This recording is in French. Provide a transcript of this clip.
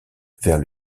vers